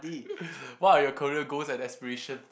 what are your career goals and aspiration